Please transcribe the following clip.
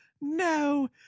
No